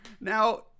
Now